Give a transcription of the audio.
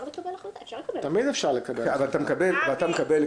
אפשר לקבל החלטה.